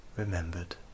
Remembered